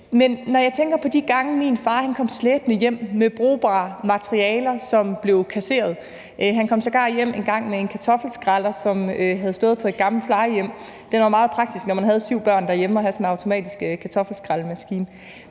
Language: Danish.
men jeg tænker på de gange, min far kom slæbende hjem med brugbare materialer, som var blevet kasseret. Han kom sågar engang hjem med en kartoffelskræller, som havde stået på et gammelt plejehjem. Det var meget praktisk, når man havde syv børn derhjemme, at have sådan en automatisk kartoffelskrællemaskine.